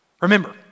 Remember